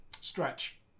stretch